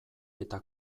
eta